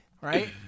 right